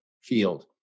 field